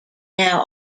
now